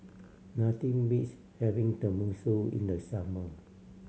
nothing beats having Tenmusu in the summer